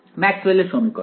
ম্যাক্সওয়েলের সমীকরণ